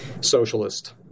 socialist